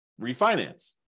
refinance